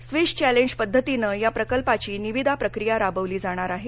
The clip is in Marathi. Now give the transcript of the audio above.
स्वीस चॅलेंज पद्धतीनं या प्रकल्पाची निविदा प्रक्रिया राबवली जाणार आहे